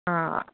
आं